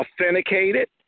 authenticated